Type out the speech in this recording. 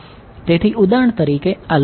તેથી ઉદાહરણ તરીકે આ લોકલ નંબર 0 હોઈ શકે છે